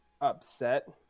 upset